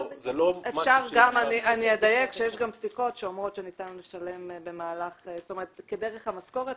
אני אדייק שיש גם פסיקות שאומרות שניתן לשלם כדרך המשכורת,